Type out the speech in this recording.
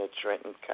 Trenton